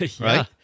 right